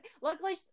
Luckily